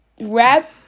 rap